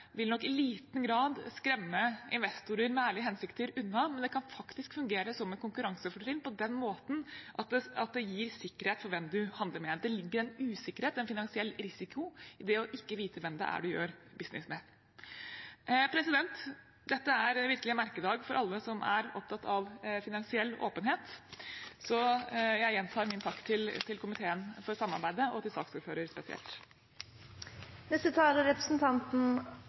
vil nok i liten grad skremme investorer med ærlige hensikter unna, men det kan faktisk fungere som et konkurransefortrinn på den måten at det gir sikkerhet for hvem en handler med. Det ligger en usikkerhet, en finansiell risiko, i det å ikke vite hvem det er du gjør business med. Dette er virkelig en merkedag for alle som er opptatt av finansiell åpenhet. Så jeg gjentar min takk til komiteen for samarbeidet og til saksordføreren spesielt.